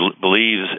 Believes